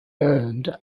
earned